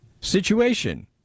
situation